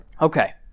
Okay